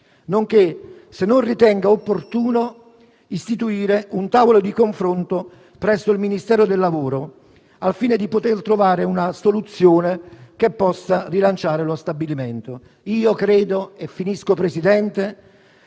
nonché se non ritenga opportuno istituire un tavolo di confronto presso il Ministero del lavoro al fine di poter trovare una soluzione che possa rilanciare lo stabilimento. Credo, signor Ministro,